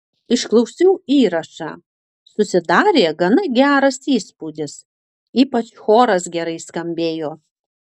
išklausiau įrašą susidarė gana geras įspūdis ypač choras gerai skambėjo